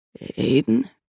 Aiden